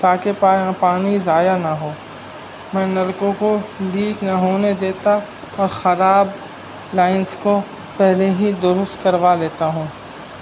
تاکہ پانی ضائع نہ ہو میں نلکوں کو لیک نہ ہونے دیتا اور خراب لائنس کو پہلے ہی درست کروا لیتا ہوں